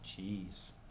Jeez